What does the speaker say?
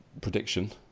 prediction